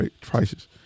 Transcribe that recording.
prices